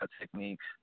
techniques